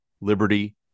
liberty